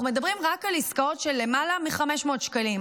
אנחנו מדברים רק על עסקאות של למעלה מ-500 שקלים.